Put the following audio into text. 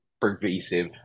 pervasive